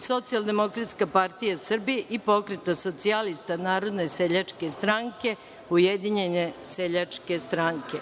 Socijaldemokratske partije Srbije, Pokreta socijalista, Narodne seljačke stranke i Ujedinjene seljačke stranke,